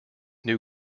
new